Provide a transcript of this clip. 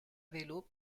vélos